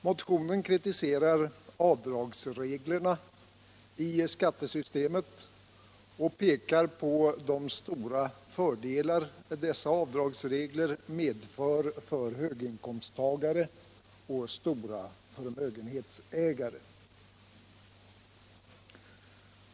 Motionen kritiserar avdragsreglerna i skattesystemet och pekar på de stora fördelar dessa avdragsregler medför för höginkomsttagare och ägare till stora förmögenheter.